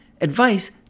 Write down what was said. advice